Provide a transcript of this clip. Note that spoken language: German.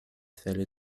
fälle